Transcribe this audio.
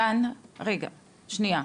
רגע, שנייה.